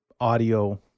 audio